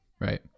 right